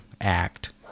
Act